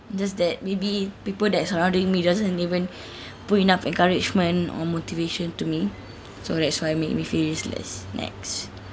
just that maybe people that surrounding me doesn't even put enough encouragement or motivation to me so that's why make me feel useless next